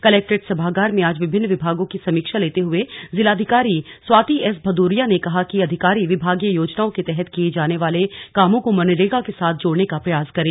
collectorate सभागार में आज विभिन्न विभागों की समीक्षा लेते हुए जिलाधिकारी स्वाति एस भदौरिया ने कहा कि अधिकारी विभागीय योजनाओं के तहत किये जाने वाले कामों को मनरेगा के साथ जोड़ने का प्रयास करें